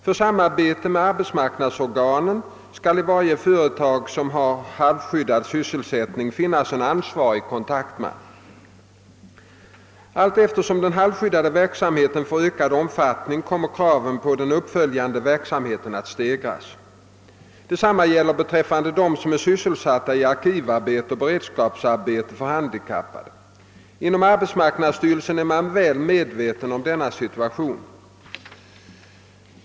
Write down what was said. För samarbetet med arbetsorganen skall vid varje företag som har halvskyddad sysselsättning finnas en ansvarig kontaktman. Allteftersom den halvskyddade verksamheten får ökad omfattning kommer kraven på den uppföljande verksamheten att stegras. Detsamma gäller beträffande dem som är sysselsatta i arkivarbete och beredskapsarbete för handikappade. Inom arbetsmarknadsstyrelsen är man väl medveten om denna situation.